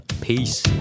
Peace